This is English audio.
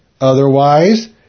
Otherwise